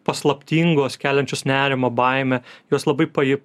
paslaptingos keliančios nerimą baimę jos labai pajė